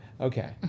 Okay